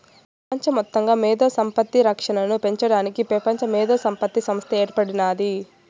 పెపంచ మొత్తంగా మేధో సంపత్తి రక్షనను పెంచడానికి పెపంచ మేధోసంపత్తి సంస్త ఏర్పడినాది